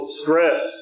stress